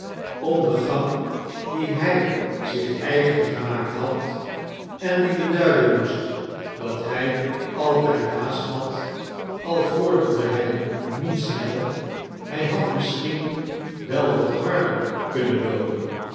om den gang dien hij zich eigen gemaakt had en die beduiden mioest dat hij altijd haast had al vorderde hij niet snel hij had missehien wel wat harder kunnen loopen